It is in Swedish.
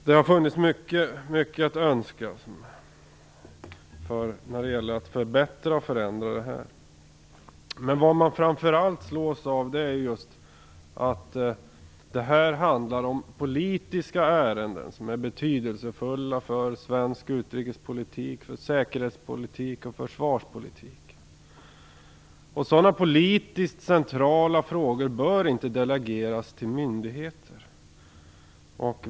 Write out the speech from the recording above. Det har funnits mycket att önska när det gällt att förbättra och förändra det här. Men vad man framför allt slås av är att det handlar om politiska ärenden, som är betydelsefulla för svensk utrikespolitik, säkerhetspolitik och försvarspolitik. Sådana politiskt centrala frågor bör inte delegeras till myndigheter.